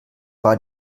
war